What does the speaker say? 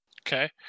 Okay